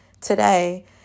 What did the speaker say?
today